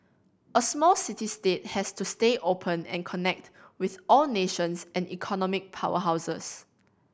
a small city state has to stay open and connect with all nations and economic powerhouses